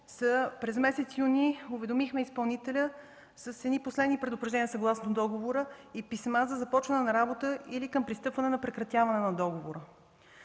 През месец юни уведомихме изпълнителя с последни предупреждения съгласно договора и писма за започване на работа или пристъпване към прекратяване на договора.